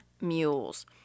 Mules